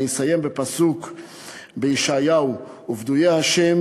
אני אסיים בפסוק בישעיהו: "ופדויי ה'